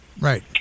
Right